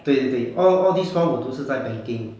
对对对 all all these while 我都是在 banking